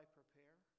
prepare